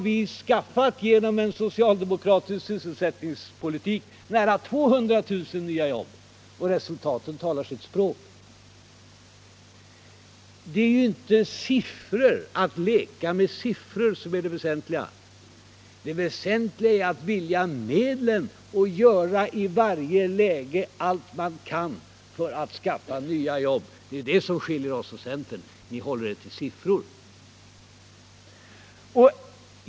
Men sedan har vi genom en socialdemokratisk sysselsättningspolitik skaffat nära 200 000 nya jobb. Resultatet talar sitt tydliga språk. Att leka med siffror är inte det väsentliga. Det väsentliga är att vilja medlen och i varje läge göra allt man kan för att skaffa nya jobb. Det är det som skiljer oss från centern. Ni håller er till siffror.